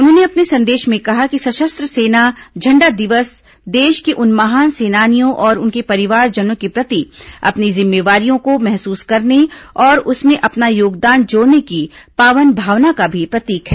उन्होंने अपने संदेश में कहा कि सशस्त्र सेना झंडा दिवस देश के उन महान सेनानियों और उनके परिवारजनों के प्रति अपनी जिम्मेदारियों को महसूस करने और उसमें अपना योगदान जोड़ने की पावन भावना का भी प्रतीक है